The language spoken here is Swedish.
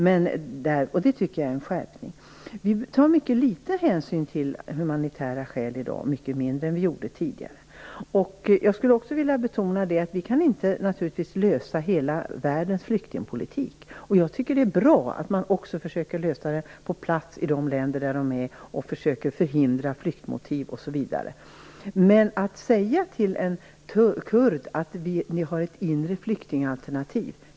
Jag tycker att detta är en skärpning. Vi tar i dag mycket liten hänsyn till humanitära skäl, mycket mindre än vad vi gjorde tidigare. Jag skulle också vilja betona att vi naturligtvis inte kan lösa hela världens flyktingpolitik. Jag tycker att det är bra att man också försöker lösa problem på plats i de länder där de finns och att man försöker förhindra flyktmotiv osv. Men man skall inte säga till kurder att de har ett inre flyktingalternativ.